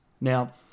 Now